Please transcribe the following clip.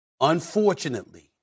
Unfortunately